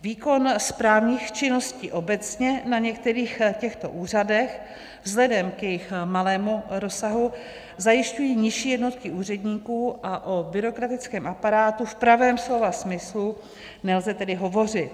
Výkon správních činností obecně na některých těchto úřadech vzhledem k jejich malému rozsahu zajišťují nižší jednotky úředníků, a tedy o byrokratickém aparátu v pravém slova smyslu nelze hovořit.